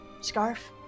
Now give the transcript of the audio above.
scarf